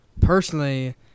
Personally